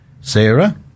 Sarah